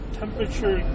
temperature